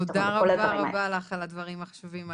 תודה רבה רבה לך על הדברים החשובים האלה.